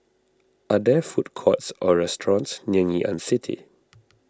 are there food courts or restaurants near Ngee Ann City